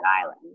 island